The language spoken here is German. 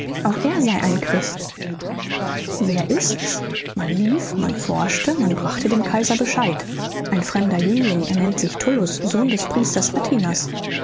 auch er sei ein christ wer ist's man lief man forschte man brachte dem kaiser bescheid ein fremder jüngling er nennt sich tullus sohn des priesters